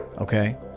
okay